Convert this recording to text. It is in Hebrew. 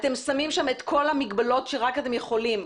אתם שמים שם את כל המגבלות שאתם יכולים,